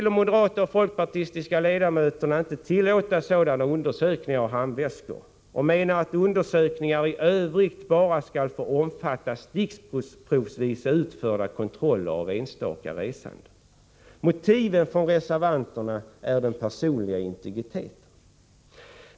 De moderata och folkpartistiska ledamöterna vill inte tillåta sådana undersökningar av handväskor och menar att undersökningar i övrigt bara skall få omfatta sticksprovsvis utförda kontroller av enstaka resande. Reservanternas motiv är skyddet av den personliga integriteten.